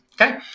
okay